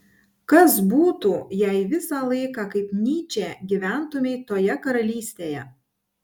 kas būtų jei visą laiką kaip nyčė gyventumei toje karalystėje